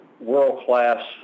world-class